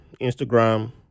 instagram